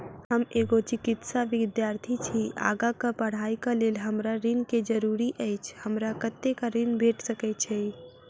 हम एगो चिकित्सा विद्यार्थी छी, आगा कऽ पढ़ाई कऽ लेल हमरा ऋण केँ जरूरी अछि, हमरा कत्तेक ऋण भेट सकय छई?